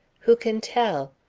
who can tell?